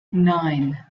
nine